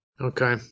Okay